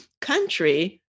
country